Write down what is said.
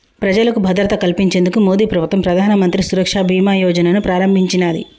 ప్రజలకు భద్రత కల్పించేందుకు మోదీప్రభుత్వం ప్రధానమంత్రి సురక్ష బీమా యోజనను ప్రారంభించినాది